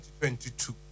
2022